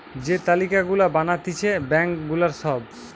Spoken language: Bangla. যে তালিকা গুলা বানাতিছে ব্যাঙ্ক গুলার সব